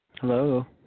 Hello